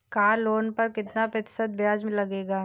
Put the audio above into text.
Car loan पर कितना प्रतिशत ब्याज लगेगा?